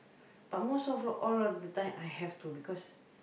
but most of the all all of the time I have to because